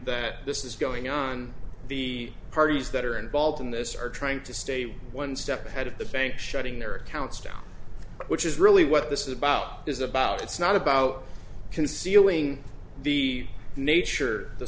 that this is going on the parties that are involved in this are trying to stay one step ahead of the banks shutting their accounts down which is really what this is about is about it's not about concealing the nature the